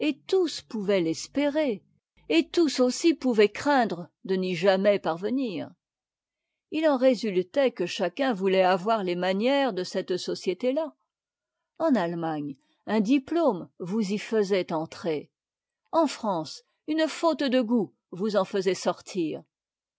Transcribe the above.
tous pouvaient l'espérer et tous aussi pouvaient craindre de n'y jamais parvenir il en résultait que chacun voulait avoir les manières de cette société là en allemagne un diplôme vous y faisait entrer en france une faute de goût vous en faisait sortir